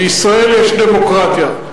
בישראל יש דמוקרטיה.